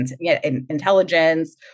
intelligence